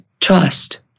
trust